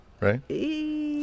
right